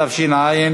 (תיקון), התשע"ג